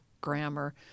grammar